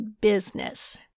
business